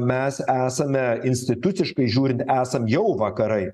mes esame instituciškai žiūrint esam jau vakarai